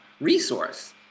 resource